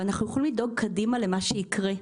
ואנחנו יכולים לדאוג קדימה למה שיקרה.